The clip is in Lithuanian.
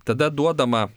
tada duodama